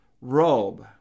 robe